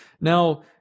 Now